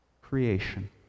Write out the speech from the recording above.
creation